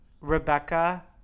Rebecca